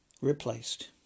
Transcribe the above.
replaced